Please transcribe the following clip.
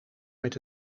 met